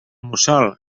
mussol